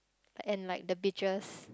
and like the beaches